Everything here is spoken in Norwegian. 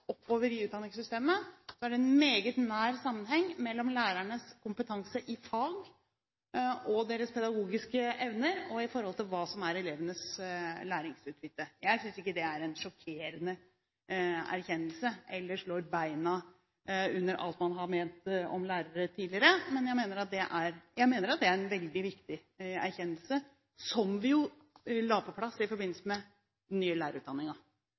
oppover i alderstrinnene og litt oppover i utdanningssystemet, er det en meget nær sammenheng mellom lærernes kompetanse i fag og deres pedagogiske evner, og hva som er elevenes læringsutbytte. Jeg synes ikke det er noen sjokkerende erkjennelse, eller at det slår beina under alt man har ment om lærere tidligere. Men jeg mener det er en veldig viktig erkjennelse, som vi jo la på plass i forbindelse med den nye